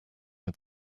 had